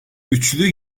üçlü